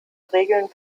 regeln